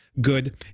good